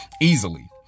easily